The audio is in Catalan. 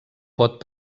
pot